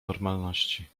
normalności